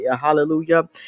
hallelujah